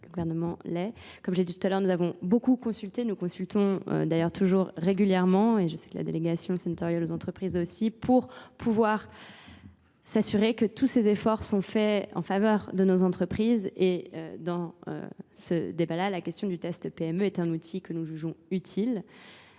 le gouvernement l'est. Comme j'ai dit tout à l'heure, nous avons beaucoup consulté, nous consultons d'ailleurs toujours régulièrement, et je sais que la délégation c'est notorial aux entreprises aussi, pour pouvoir S'assurer que tous ces efforts sont faits en faveur de nos entreprises et dans ce débat là, la question du test PME est un outil que nous jugeons utile.